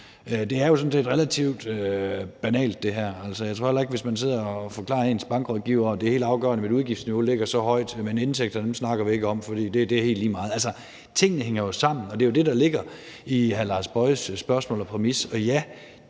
her er jo sådan set relativt banalt. Jeg tror heller, at man sidder og forklarer sin bankrådgiver, at det helt afgørende er, at ens udgiftsniveau ligger så højt, men indtægterne snakker vi ikke om, fordi det er helt lige meget med dem. Altså, tingene hænger jo sammen, og det er jo det, der ligger i hr. Lars Boje Mathiesens spørgsmål og præmis,